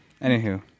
anywho